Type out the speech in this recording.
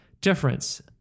difference